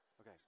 Okay